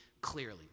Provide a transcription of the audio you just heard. clearly